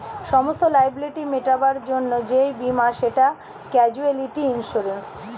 সমস্ত লায়াবিলিটি মেটাবার জন্যে যেই বীমা সেটা ক্যাজুয়ালটি ইন্সুরেন্স